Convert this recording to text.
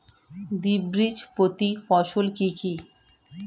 দ্বিবীজপত্রী ফসল কি কি?